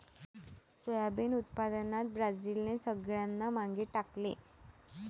soybean उत्पादनात ब्राझीलने सगळ्यांना मागे टाकले